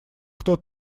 кто